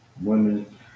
women